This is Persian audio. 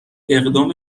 اقدام